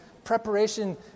Preparation